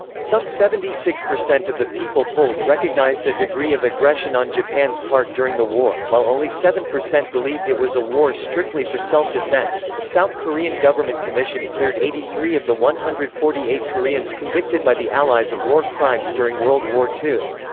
some seventy six percent of the people polled recognized a degree of aggression on japan's part during the war, while only seven percent believed it was a war strictly for self-defense a south korean government commission cleared eighty three of the one hundred and forty eight koreans convicted by the allies of war crimes during world war ii.